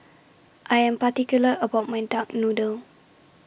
I Am particular about My Duck Noodle